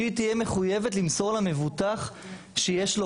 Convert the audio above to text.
שהיא תהיה מחויבת למסור למבוטח שיש לו